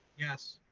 yes.